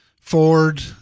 Ford